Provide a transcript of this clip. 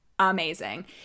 amazing